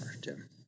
Jim